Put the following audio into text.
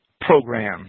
program